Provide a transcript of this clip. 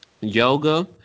yoga